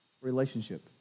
Relationship